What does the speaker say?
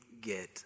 get